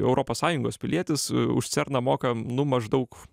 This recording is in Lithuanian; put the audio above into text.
europos sąjungos pilietis už cerną moka nu maždaug